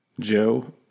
Joe